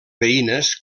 veïnes